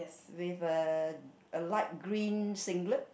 with a light green singlet